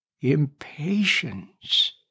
Impatience